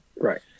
Right